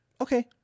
Okay